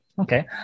Okay